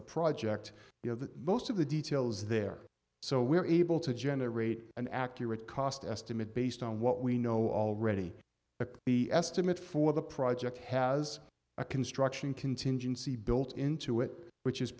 the project you know that most of the details there so we are able to generate an accurate cost estimate based on what we know already the estimate for the project has a construction contingency built into it which is